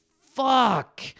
fuck